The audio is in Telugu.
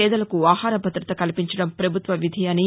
పేదలకు ఆహార భద్రత కల్పించడం పభుత్వ విధి అని